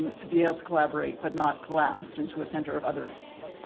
to be able to collaborate, but not collapsed into a center of otherness.